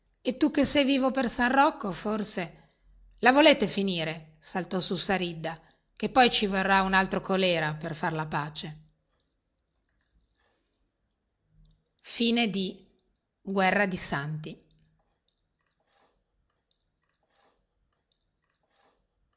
e tu che sei vivo per san rocco forse la volete finire saltò su saridda che poi ci vorrà un altro colera per far la pace questo testo è stato